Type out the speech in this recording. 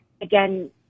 again